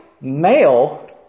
male